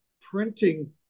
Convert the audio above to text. printing